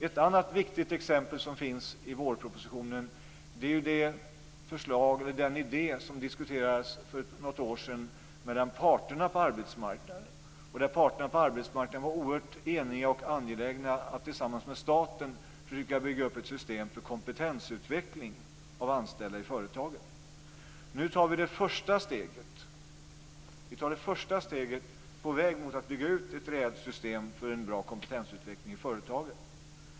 Ett annat viktigt exempel i vårpropositionen är den idé som diskuterades för något år sedan mellan parterna på arbetsmarknaden där parterna på arbetsmarknaden var oerhört eniga och angelägna om att tillsammans med staten försöka bygga upp ett system för kompetensutveckling av anställda i företagen. Nu tar vi det första steget på vägen mot att bygga ut ett reellt system för en bra kompetensutveckling i företagen.